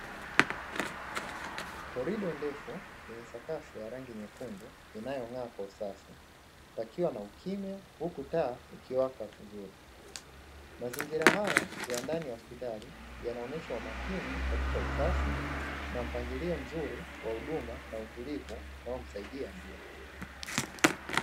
Korido ndefu yenye sakafu ya rangi nyekundu inayong'aa kwa usafi pakiwa na ukimya huku taa ikiwaka vizuri, mazingira haya ya ndani ya hospitali yanaonyesha umakini katika usafi na mpangilio mzuri wa huduma na utulivu unaomsaidia mgonjwa.